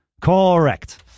correct